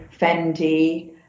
Fendi